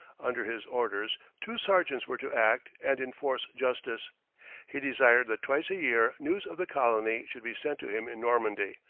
under his orders two sergeants were to act, and enforce justice he desired that twice a year news of the colony should be sent to him in normandy,